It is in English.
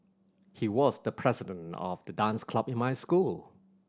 he was the president of the dance club in my school